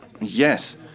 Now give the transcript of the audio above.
Yes